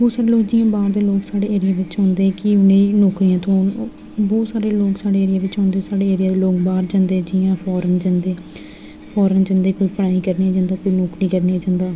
बहोत सारे लोग जि'यां बाह्र दे लोग साढ़े एरिया बिच आंदे की नेईं बी नौकरियां थ्होन बहोत सारे लोग साढ़े एरिया बिच औंदे साढ़े एरिया दे लोक बाह्र जन्दे जि'यां फॉरेन जन्दे कोई पढ़ाई करने जंदे कोई नौकरी करने जंदा